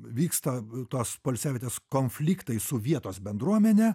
vyksta tos poilsiavietės konfliktai su vietos bendruomene